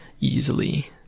easily